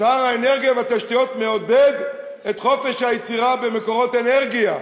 שר האנרגיה והתשתיות מעודד את חופש היצירה במקורות אנרגיה,